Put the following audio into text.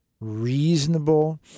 reasonable